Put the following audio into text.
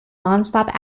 nonstop